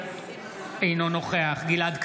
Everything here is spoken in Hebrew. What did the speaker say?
אינו נוכח גלעד קריב,